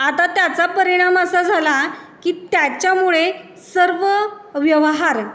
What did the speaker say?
आता त्याचा परिणाम असा झाला की त्याच्यामुळे सर्व व्यवहार